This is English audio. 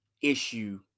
issue